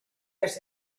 las